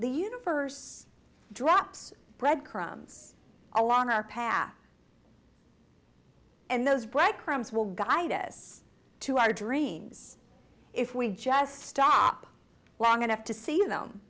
the universe drops breadcrumbs along our path and those black crumbs will guide us to our dreams if we just stop long enough to see them